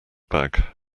bag